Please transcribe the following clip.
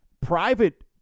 private